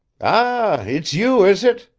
ah, it's you, is it?